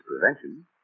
prevention